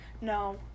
No